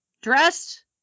dressed